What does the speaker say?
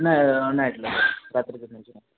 नाही नाही लवकर पाच तारीख